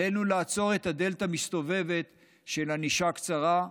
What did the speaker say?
עלינו לעצור את הדלת המסתובבת של ענישה קצרה,